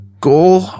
goal